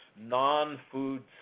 non-food